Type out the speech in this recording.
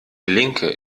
linke